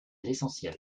l’essentiel